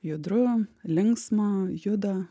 judru linksma juda